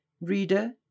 Reader